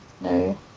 No